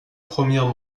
premières